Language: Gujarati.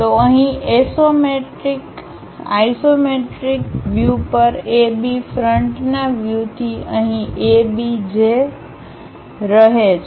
તો અહીં એસોમેટ્રિક વ્યૂ પર A B ફ્રન્ટના વ્યૂથી અહીં A B જ રહે છે